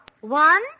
One